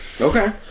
Okay